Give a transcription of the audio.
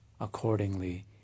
Accordingly